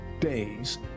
days